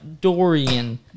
Dorian